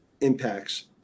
impacts